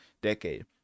decade